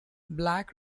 black